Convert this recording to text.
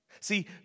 See